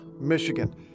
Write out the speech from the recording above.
Michigan